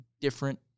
different